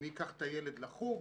מי ייקח את הילד לחוג.